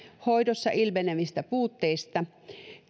hoidossa ilmenevistä puutteista